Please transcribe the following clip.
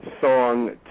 song